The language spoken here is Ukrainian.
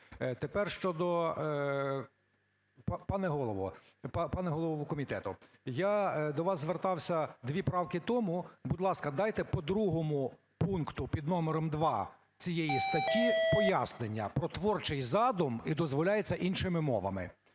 Пане голово, пане голово комітету, я до вас звертався дві правки тому. Будь ласка, дайте по другому пункту, під номером два цієї статті пояснення про "творчий задум" і "дозволяється іншими мовами".